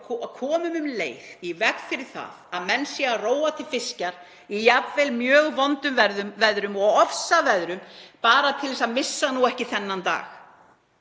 komum um leið í veg fyrir það að menn séu að róa til fiskjar í jafnvel mjög vondum veðrum og ofsaveðri, bara til þess að missa nú ekki þennan dag.